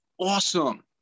awesome